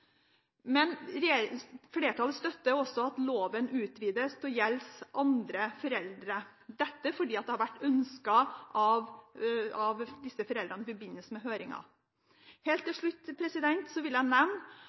Flertallet støtter også at loven utvides til å gjelde andre foreldre, fordi det har vært ønsket av disse foreldrene i forbindelse med høringa. Helt til slutt vil jeg nevne